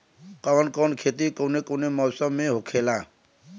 कवन कवन खेती कउने कउने मौसम में होखेला?